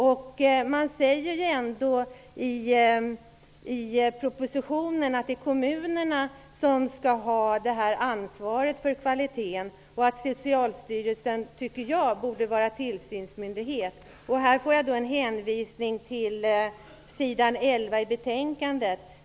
I propositionen sägs att det är kommunerna som skall ha ansvaret för kvaliteten och, tycker jag, att Socialstyrelsen borde vara tillsynsmyndighet. Här får jag en hänvisning till s. 11 i betänkandet.